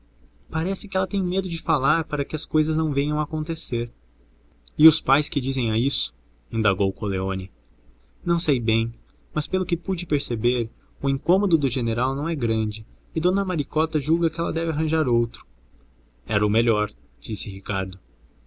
parece que ela tem medo de falar para que as cousas não venham a acontecer e os pais que dizem a isso indagou coleoni não sei bem mas pelo que pude perceber o incômodo do general não é grande e dona maricota julga que ela deve arranjar outro era o melhor disse ricardo